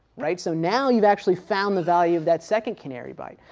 right. so now you've actually found the value of that second canary byte,